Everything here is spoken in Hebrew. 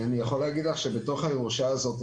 בתוך הירושה הזאת,